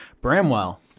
Bramwell